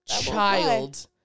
child